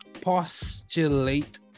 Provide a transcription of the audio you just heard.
postulate